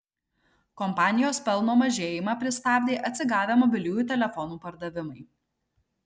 kompanijos pelno mažėjimą pristabdė atsigavę mobiliųjų telefonų pardavimai